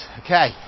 Okay